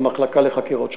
המחלקה לחקירות שוטרים.